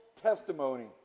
testimony